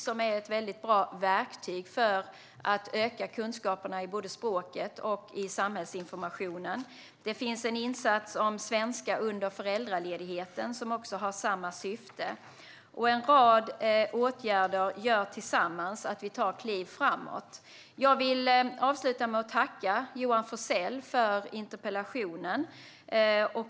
Det är ett väldigt bra verktyg för att öka kunskaperna när det gäller både språket och samhällsinformationen. Det finns en insats som handlar om svenska under föräldraledigheten. Den har samma syfte. Det är en rad åtgärder som tillsammans gör att vi tar kliv framåt. Jag vill avsluta med att tacka Johan Forssell för interpellationen.